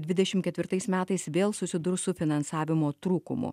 dvidešim ketvirtais metais vėl susidurs su finansavimo trūkumu